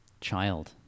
child